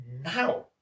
now